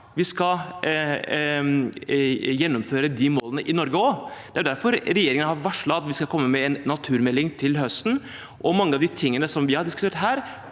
skal gjennomføre de målene i Norge, og det er derfor regjeringen har varslet at vi skal komme med en naturmelding til høsten. Mange av de tingene som vi har diskutert her,